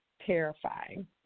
terrifying